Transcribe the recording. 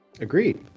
Agreed